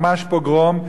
ממש פוגרום,